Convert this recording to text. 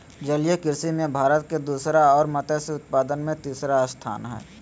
जलीय कृषि में भारत के दूसरा और मत्स्य उत्पादन में तीसरा स्थान हइ